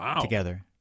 together